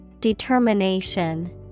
Determination